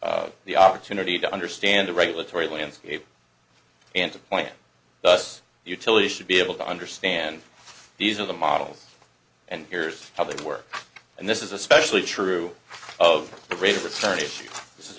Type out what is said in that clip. utility the opportunity to understand the regulatory landscape and to point us utilities should be able to understand these are the models and here's how they work and this is especially true of the rate of return issue this is